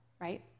right